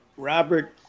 Robert